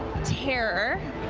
terror.